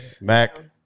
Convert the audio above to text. Mac